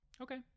Okay